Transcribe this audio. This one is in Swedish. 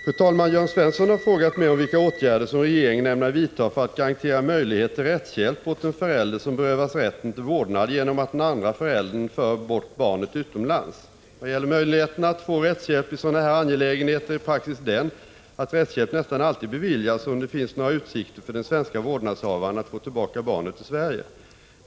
Fru talman! Jörn Svensson har frågat mig om vilka åtgärder som regeringen ämnar vidta för att garantera möjlighet till rättshjälp åt en förälder som berövas rätten till vårdnad genom att den andre föräldern för bort barnet utomlands. Vad gäller möjligheterna att få rättshjälp i sådana här angelägenheter är praxis den att rättshjälp nästan alltid beviljas om det finns några utsikter för den svenska vårdnadshavaren att få tillbaka barnet till Sverige.